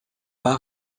pas